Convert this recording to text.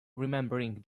remembering